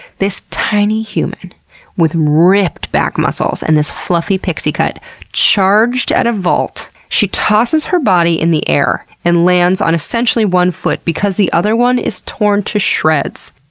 this tiny human with ripped back muscles and this fluffy pixy cut charged at a vault. she tosses her body in the air and lands on essentially one foot because the other one is torn to shreds.